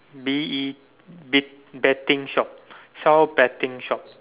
B E bet~ betting shop SAL betting shop